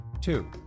Two